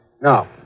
Now